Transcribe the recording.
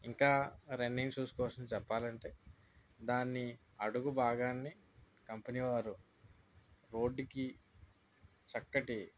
ఇంకా running shoes కోసం చెప్పాలంటే దాన్ని అడుగు భాగాన్ని కంపెనీ వారు రోడ్డుకి చక్కటి